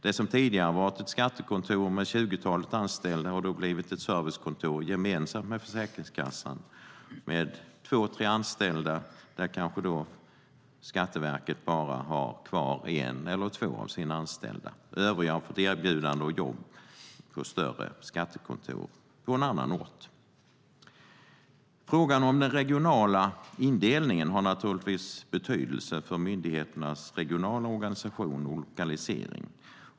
Det som tidigare har varit ett skattekontor med tjugotalet anställda har då blivit ett servicekontor gemensamt med Försäkringskassan med två tre anställda. Skatteverket har kvar kanske bara en eller två av sina anställda, och övriga har fått erbjudande om jobb på ett större skattekontor på en annan ort. Frågan om den regionala indelningen har naturligtvis betydelse för myndigheternas regionala organisation och lokalisering.